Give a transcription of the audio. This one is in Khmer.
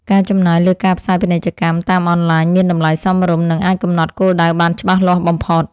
ការចំណាយលើការផ្សាយពាណិជ្ជកម្មតាមអនឡាញមានតម្លៃសមរម្យ និងអាចកំណត់គោលដៅបានច្បាស់លាស់បំផុត។